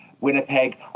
Winnipeg